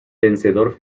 vencedor